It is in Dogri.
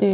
ते